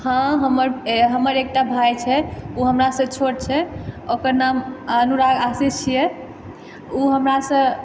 हँ हमर एकटा भाइ छै ओ हमरासँ छोट छै ओकर नाम अनुराग आशीष छिए ओ हमरासँ